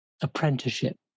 apprenticeship